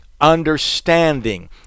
understanding